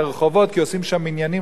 כי עושים שם מניינים למנחה,